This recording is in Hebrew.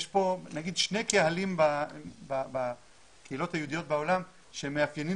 יש פה שני קהלים בקהילות היהודיות בעולם עם מאפיינים